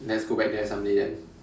let's go back there someday then